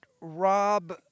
Rob